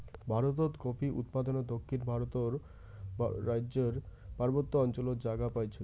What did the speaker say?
ভারতত কফি উৎপাদনে দক্ষিণ ভারতর রাইজ্যর পার্বত্য অঞ্চলত জাগা পাইছে